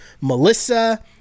Melissa